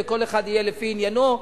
וכל אחד יהיה לפי עניינו.